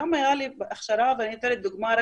היום הייתה לי הכשרה דרך מרכזי ריאן ואני אתן דוגמה,